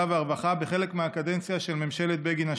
והרווחה בחלק מהקדנציה של ממשלת בגין השנייה.